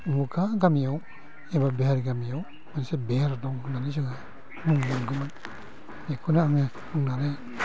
मुगा गामियाव एबा बेहेर गामियाव बेहेर दं होननानै जों खोनानो मोनगौमोन बेखौनो आङो बुंनानै